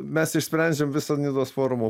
mes išsprendžiam visą nidos forumo